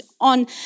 on